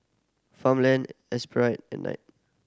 Farmland Espirit and Knight